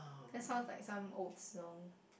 that sounds like some old song